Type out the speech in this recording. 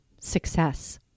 success